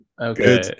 Okay